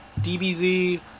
DBZ